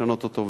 לשנות אותו,